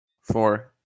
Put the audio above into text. Four